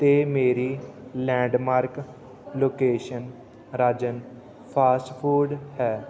ਅਤੇ ਮੇਰੀ landmark location Rajan fast food ਹੈ